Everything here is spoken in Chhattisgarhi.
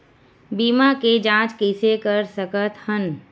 बीमा के जांच कइसे कर सकत हन?